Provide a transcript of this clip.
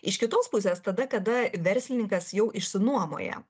iš kitos pusės tada kada verslininkas jau išsinuomoja